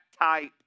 type